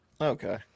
Okay